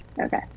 Okay